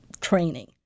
training